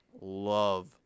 love